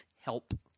help